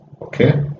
okay